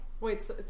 wait